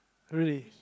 really